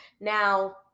Now